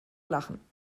lachen